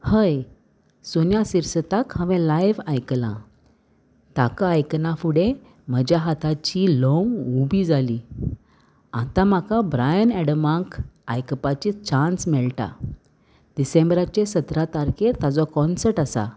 हय सोनिया शिरसताक हांवें लायव्ह आयकलां ताका आयकना फुडें म्हज्या हाताची ल्हंव उबी जाली आतां म्हाका ब्रायन एडमाक आयकपाची चान्स मेळटा डिसेंबराचे सतरा तारखेर ताजो कॉन्सर्ट आसा